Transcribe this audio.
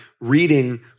reading